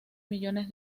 millones